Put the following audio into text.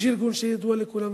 יש ארגון שידוע לכולנו,